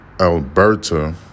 Alberta